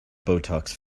botox